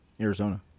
Arizona